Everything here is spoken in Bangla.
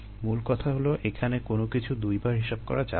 মূলকথা হলো এখানে কোনো কিছু দুইবার হিসাব করা যাবে না